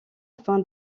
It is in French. afin